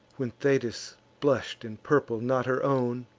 when thetis blush'd in purple not her own,